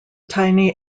tiny